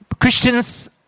Christians